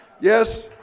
Yes